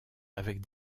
avec